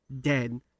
dead